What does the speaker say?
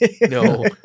No